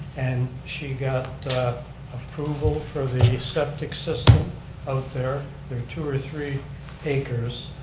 and she got approval for the septic system out there. there are two or three acres.